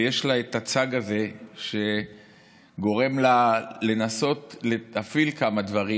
ויש לה את הצג הזה שגורם לה לנסות להפעיל כמה דברים,